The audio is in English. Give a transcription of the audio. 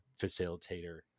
facilitator